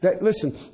Listen